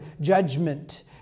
judgment